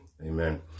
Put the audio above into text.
Amen